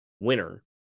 winner